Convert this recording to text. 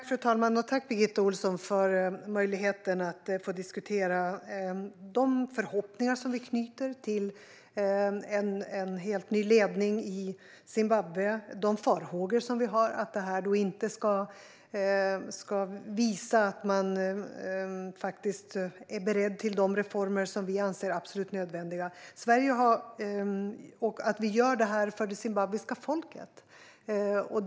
Fru talman! Tack, Birgitta Ohlsson, för möjligheten att diskutera! De förhoppningar som vi har på en helt ny ledning i Zimbabwe och de farhågor som vi har att det ska visa sig att den inte är beredd till de reformer som vi anser är absolut nödvändiga har vi för det zimbabwiska folkets skull.